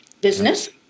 business